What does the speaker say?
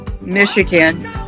Michigan